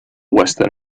western